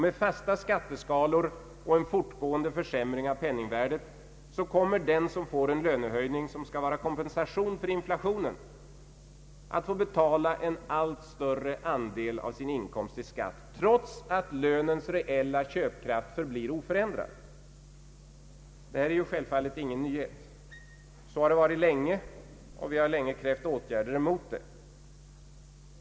Med iasta skatteskalor och fortgående penningvärdeförsämring kommer den som får en lönehöjning, som skall vara kompensation för inflationen, att få betala en allt större andel av sin inkomst i skatt, trots att lönens reella köpkraft är oförändrad. Detta är självfallet inte någon nyhet. Så har det varit länge, och vi har länge krävt åtgärder emot det.